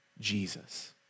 Jesus